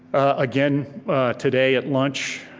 again today at lunch,